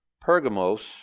Pergamos